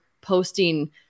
posting